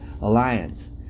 alliance